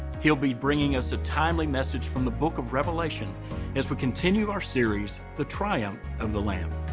he'll be bringing us a timely message from the book of revelation as we continue our series, the triumph of the lamb.